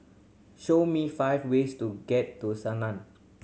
show me five ways to get to